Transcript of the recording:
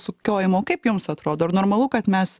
sukiojimo o kaip jums atrodo ar normalu kad mes